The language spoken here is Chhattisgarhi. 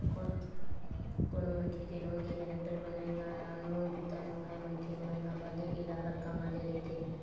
कोनो मनखे के लोन के गारेंटर बनई ह नानमुन बूता नोहय मनखे मन ह भले एला हल्का म ले लेथे